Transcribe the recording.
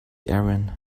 erin